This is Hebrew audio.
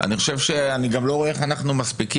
אני גם לא רואה איך אנחנו מספיקים,